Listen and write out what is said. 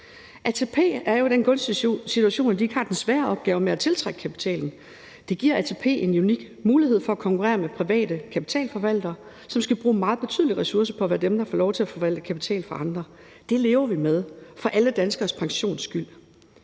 ATP er jo i den gunstige situation, at de ikke har den svære opgave med at tiltrække kapitalen; det giver ATP en unik mulighed for at konkurrere med private kapitalforvaltere, som skal bruge meget betydelige ressourcer på at være dem, der får lov til at forvalte kapital for andre – det lever vi med for alle danskeres pensions skyld.